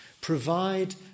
provide